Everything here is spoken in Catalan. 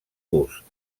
gust